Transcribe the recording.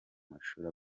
mashuri